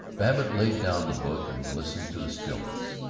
babbitt laid down the book and listened to the stillness.